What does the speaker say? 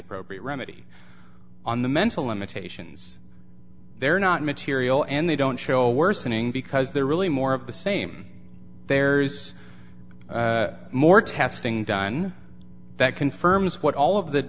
appropriate remedy on the mental limitations they're not material and they don't show worsening because they're really more of the same there's more testing done that confirms what all of the